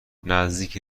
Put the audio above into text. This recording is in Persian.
نزدیک